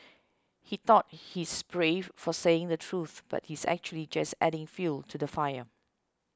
he thought he's brave for saying the truth but he's actually just adding fuel to the fire